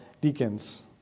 deacons